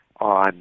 on